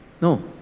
No